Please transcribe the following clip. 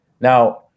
Now